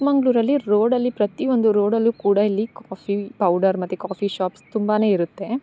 ಚಿಕ್ಕಮಗ್ಳೂರಲ್ಲಿ ರೋಡಲ್ಲಿ ಪ್ರತಿಒಂದು ರೋಡಲ್ಲು ಕೂಡ ಇಲ್ಲಿ ಕಾಫಿ ಪೌಡರ್ ಮತ್ತು ಕಾಫಿ ಶಾಪ್ಸ್ ತುಂಬಾ ಇರುತ್ತೆ